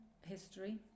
history